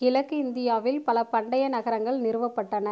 கிழக்கு இந்தியாவில் பல பண்டைய நகரங்கள் நிறுவப்பட்டன